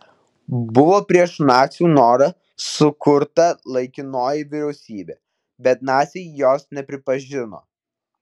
buvo prieš nacių norą sukurta laikinoji vyriausybė bet naciai jos nepripažino